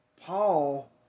Paul